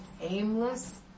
aimless